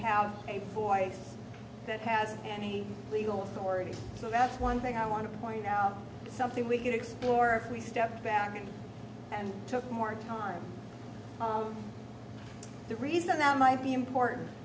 have a voice that has and he legal authority so that's one thing i want to point out something we can explore if we step back and took more time the reason that might be important